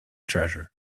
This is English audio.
treasure